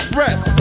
rest